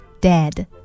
Dad